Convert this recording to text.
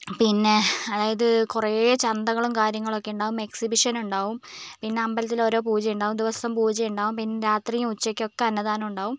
പിന്നെ അതായത് കുറേ ചന്തകളും കാര്യങ്ങളും ഒക്കെ ഉണ്ടാവും എക്സിബിഷൻ ഉണ്ടാവും പിന്നെ അമ്പലത്തിൽ ഓരോ പൂജയുണ്ടാവും ദിവസവും പൂജ ഉണ്ടാവും പിന്നെ രാത്രിയും ഉച്ചയ്ക്കും ഒക്കെ അന്നദാനം ഉണ്ടാവും